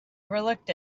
overlooked